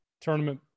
tournament